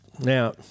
Now